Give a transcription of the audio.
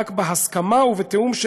רק בהסכמה ובתיאום.